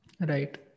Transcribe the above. Right